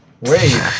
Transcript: Wait